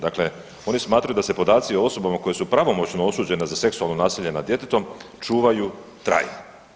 Dakle, oni smatraju da se podaci o sobama koji su pravomoćno osuđeni za seksualno nasilje nad djetetom čuvaju trajno.